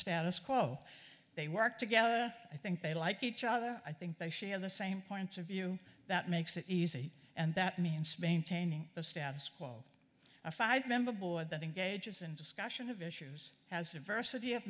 status quo they work together i think they like each other i think they share the same points of view that makes it easy and that means maintaining the status quo a five member board that engages in discussion of issues has